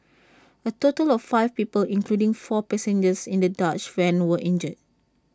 A total of five people including four passengers in the dodge van were injured